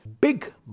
Big